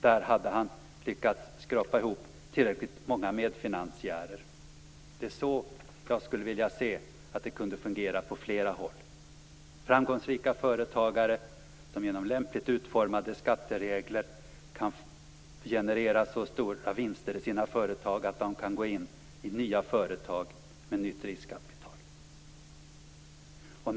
Där hade han lyckats skrapa ihop tillräckligt många medfinansiärer. Det är så jag skulle vilja se att det kunde fungera på flera håll: Framgångsrika företagare som genom lämpligt utformade skatteregler kan generera så stora vinster i sina företag att de kan gå in i nya företag med nytt riskkapital.